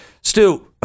Stu